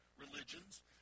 religions